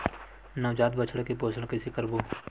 नवजात बछड़ा के पोषण कइसे करबो?